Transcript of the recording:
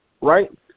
right